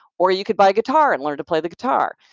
or you could buy a guitar and learn to play the guitar,